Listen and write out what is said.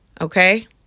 Okay